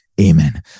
amen